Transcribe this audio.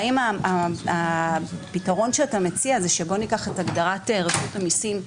והאם הפתרון שאתה מציע זה שניקח את הגדרת רשות המסים,